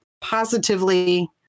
positively